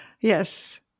Yes